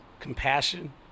compassion